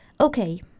okay